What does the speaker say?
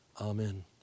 Amen